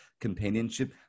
companionship